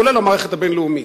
כולל המערכת הבין-לאומית,